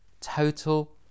total